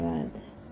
धन्यवाद